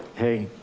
hey,